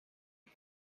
and